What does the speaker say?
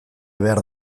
behar